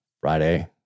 Friday